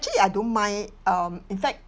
actually I don't mind um in fact